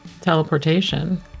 teleportation